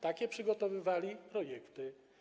Takie przygotowywali projekty.